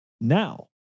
Now